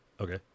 Okay